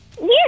Yes